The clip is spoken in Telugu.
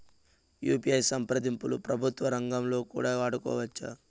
యు.పి.ఐ సంప్రదింపులు ప్రభుత్వ రంగంలో కూడా వాడుకోవచ్చా?